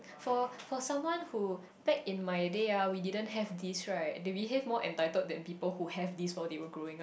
for for someone who back in my day ah we didn't have this right they behave more entitled than people who have this while they were growing up